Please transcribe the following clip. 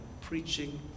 preaching